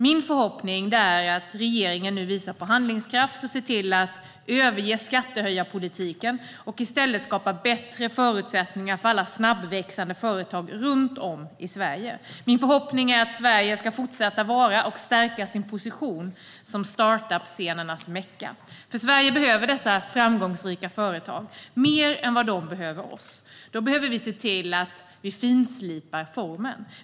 Min förhoppning är att regeringen visar handlingskraft och överger skattehöjarpolitiken och i stället skapar bättre förutsättningar för alla snabbväxande företag runt om i Sverige. Min förhoppning är att Sverige ska stärka sin position som startup-scenernas mecka. Sverige behöver dessa framgångsrika företag mer än vad de behöver oss. Därför behöver vi finslipa formen.